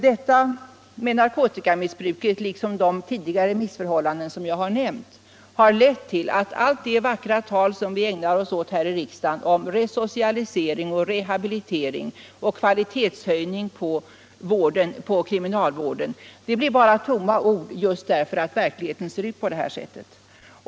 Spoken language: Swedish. Detta med narkotikamissbruket och de missförhållanden som jag tidigare har nämnt har lett till att det vackra tal om resocialisering, rehabilitering och kvalitetshöjning på kriminalvården, som vi ägnar oss åt här i riksdagen, bara blir tomma ord därför att verkligheten ser ut som den gör.